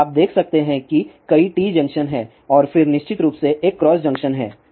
तो आप देख सकते हैं कि कई टी जंक्शन हैं और फिर निश्चित रूप से एक क्रॉस जंक्शन है